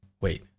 Wait